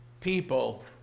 people